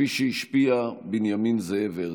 כפי שהשפיע בנימין זאב הרצל.